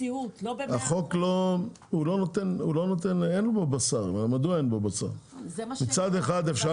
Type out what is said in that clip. בחוק אין בשר כי מצד אחד אפשר